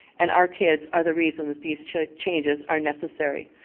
and our kids are the reason that these changes are necessary.